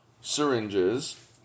syringes